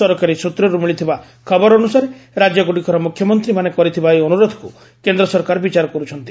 ସରକାରୀ ସୂତ୍ରରୁ ମିଳିଥିବା ଖବର ଅନୁସାରେ ରାଜ୍ୟଗୁଡ଼ିକର ମୁଖ୍ୟମନ୍ତ୍ରୀମାନେ କରିଥିବା ଏହି ଅନୁରୋଧକୁ କେନ୍ଦ୍ର ସରକାର ବିଚାର କରୁଛନ୍ତି